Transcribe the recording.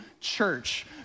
church